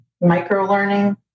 micro-learning